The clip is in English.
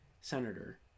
Senator